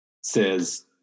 says